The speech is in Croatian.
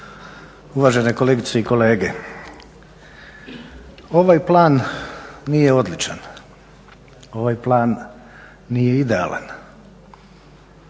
uvažene kolegice i kolege. Ovaj plan nije odličan, ovaj plan nije idealan,